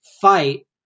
fight